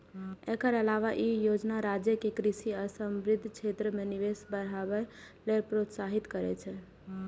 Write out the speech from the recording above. एकर अलावे ई योजना राज्य कें कृषि आ संबद्ध क्षेत्र मे निवेश बढ़ावे लेल प्रोत्साहित करै छै